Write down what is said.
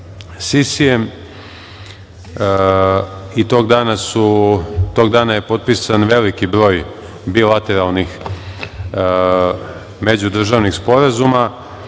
Sisijem i tog dana je potpisan veliki broj bilateralnih međudržavnih sporazuma